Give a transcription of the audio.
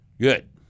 Good